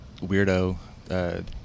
weirdo